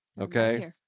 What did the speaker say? okay